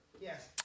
Yes